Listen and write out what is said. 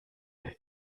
der